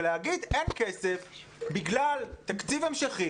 ולהגיד: אין כסף בגלל תקציב המשכי